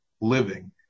living